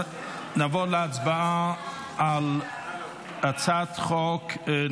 -- על רבני השכונות.